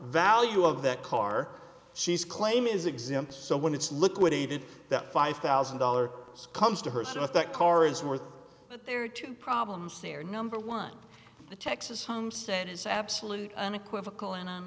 value of the car she's claim is exempt so when it's liquidated that five thousand dollars comes to her so what that car is worth but there are two problems there number one the texas homestead is absolutely unequivocal and